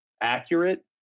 accurate